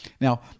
Now